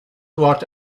what